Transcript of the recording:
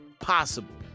possible